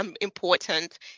important